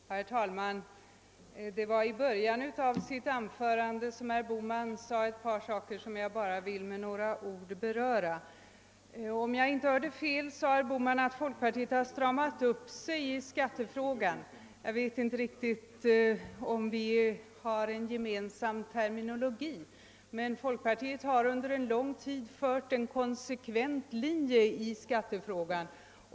Herr talman! Jag vill bara med några ord beröra ett par saker i början av herr Bohmans anförande. Om jag inte hörde fel sade herr Bohman att folkpartiet har stramat upp sig i skattefrågan. Jag vet inte riktigt om vi har en gemensam terminologi, men folkpartiet har under en lång tid haft en konsekvent linje i skattefrågan.